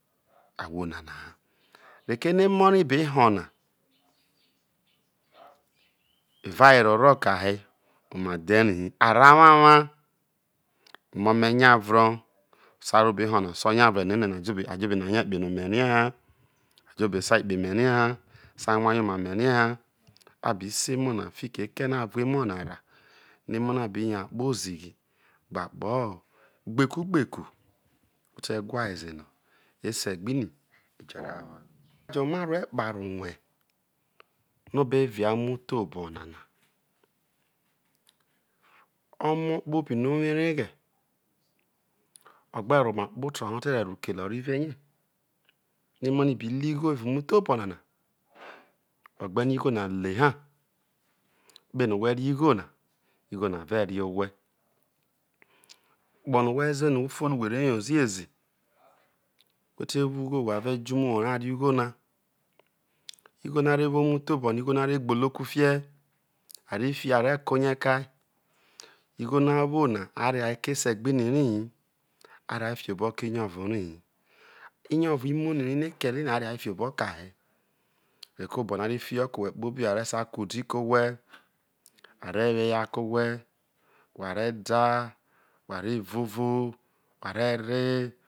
Ahwo nana ha reko̱ eno emo be ho na evawere rro kei hi, oma dhe rai hi, arro awawa omo me nyaure so a ro̱ obei ho̱ no so o nyaue no enena a jo obei na rie kpe no me rie ha a jo obei sai kpe me̱ rie ha so a hwa rie oma me̱ rie ha a bi se emo na fiki eke ro a vu emo na wa no̱ emo na biyo akpo ozighi gbe akpo gbeku gbeku o̱ te̱ whae ze no̱ ese gbini jo̱ awawa ojo ro ma rue kpobi no o be ria umotho bonana omo kpobi no̱ owo areghe o̱ gberomakpoto ha o̱ te̱ ro̱ aro kele oriue rie emo no̱ 1 bi le ugho na le ha kpeno̱ whe̱re̱ igho na igho na vere owhe akpo no whe ze no ufo no whe̱re̱ yo ziezi whete wougho whe re jo umuwor ra re ugho na igho no̱ a rewo umuthobo̱nana igho no̱ a re gbolo kifie a re fi a re koye kai igho no̱ a wona a re̱ rehar ke esegbini rai hi a rehai fioboho ke̱ iniovo rai hi inio̱vo imoni rai no̱ a kele rai arehai oboho kar hi reko obo no̱ a re fiho ke̱ owhe kpobi ho̱ a re̱ sai kudi ke̱ owhe, a re̱ woeyea ke̱ owhe we re̱ da wha re vovo wha re̱ re.